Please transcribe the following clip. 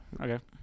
Okay